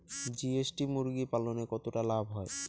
GST মুরগি পালনে কতটা লাভ হয়?